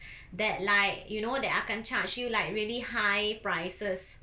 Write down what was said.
that like you know that akan charge you like really high prices